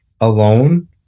alone